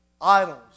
idols